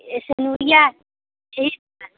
यह सिंदूरिया यही है